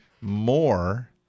more